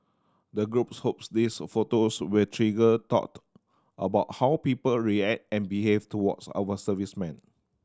the group hopes these photos will trigger thought about how people react and behave towards our servicemen